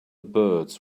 birds